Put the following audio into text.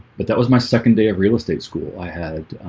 but that was my second day of real estate school i had